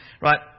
Right